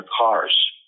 cars